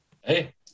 hey